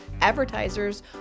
advertisers